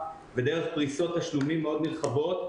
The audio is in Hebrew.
ודרך פריסות תשלומים מאוד נרחבות.